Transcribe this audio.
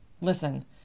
listen